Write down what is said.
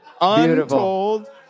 untold